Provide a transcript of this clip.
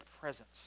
presence